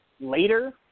later